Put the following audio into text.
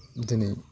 दिनै